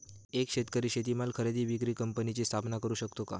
एक शेतकरी शेतीमाल खरेदी विक्री कंपनीची स्थापना करु शकतो का?